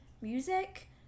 music